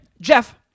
Jeff